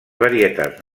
varietats